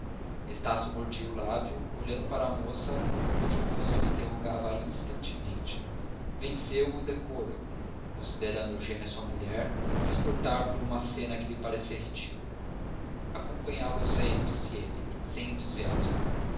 estácio mordia o lábio olhando para a moça cujo rosto o interrogava instantemente venceu o o decoro considerando eugênia sua mulher quis cortar por uma cena que lhe parecia ridícula acompanhá los ei disse ele sem entusiasmo